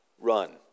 run